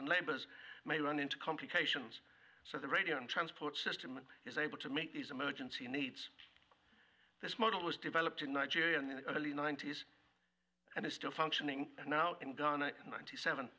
and labors may run into complications so the radio and transport system is able to make these emergency needs this model was developed in nigeria in the early ninety's and is still functioning an out and done a ninety seven